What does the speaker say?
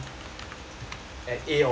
at A or B right